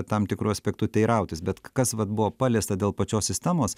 tam tikrų aspektų teirautis bet kas vat buvo paliesta dėl pačios sistemos